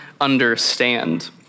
understand